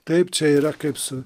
taip čia yra kaip su